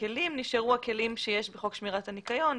הכלים נשארו הכלים שיש בחוק שמירת הנקיון,